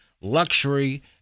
luxury